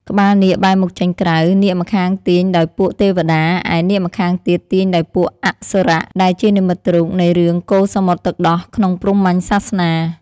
ក្បាលនាគបែរមុខចេញក្រៅ នាគម្ខាងទាញដោយពួកទេវតា ឯនាគម្ខាងទៀតទាញដោយពួកអសុរៈ ដែលជានិមិត្តរូបនៃរឿងកូរសមុទ្រទឹកដោះក្នុងព្រហ្មញ្ញសាសនា ។